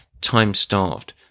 time-starved